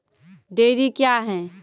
Dairy क्या हैं?